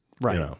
Right